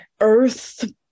earth